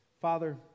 Father